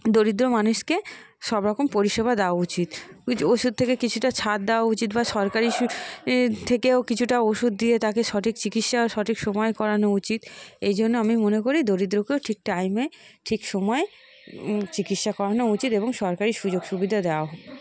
দরিদ্র মানুষকে সব রকম পরিষেবা দেওয়া উচিত ওষুধ থেকে কিছুটা ছাড় দেওয়া উচিত বা সরকারি থেকেও কিছুটা ওষুধ দিয়ে তাকে সঠিক চিকিৎসা সঠিক সময়ে করানো উচিত এই জন্য আমি মনে করি দরিদ্রকেও ঠিক টাইমে ঠিক সময় চিকিৎসা করানো উচিত এবং সরকারি সুযোগ সুবিধা দেওয়া হোক